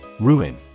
Ruin